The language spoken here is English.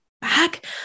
back